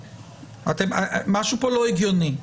משהו פה לא הגיוני.